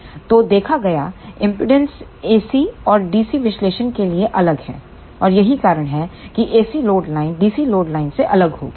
तो देखा गया एमपीडांस AC और DC विश्लेषण के लिए अलग है और यही कारण है कि AC load line DC load line से अलग होगी